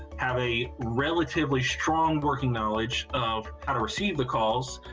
have a relatively strong working knowledge of how to receive the calls,